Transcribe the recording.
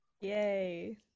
yay